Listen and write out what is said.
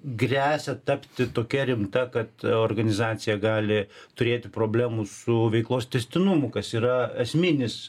gresia tapti tokia rimta kad organizacija gali turėti problemų su veiklos tęstinumu kas yra esminis